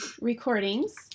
recordings